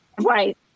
Right